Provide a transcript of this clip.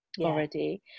already